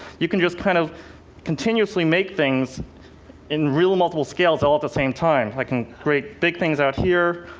you can just kind of continuously make things in real multiple scales, all at the same time. i can create big things out here,